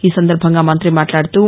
ఈసందర్బంగా మంత్రి మాట్లాడుతూ